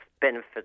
benefits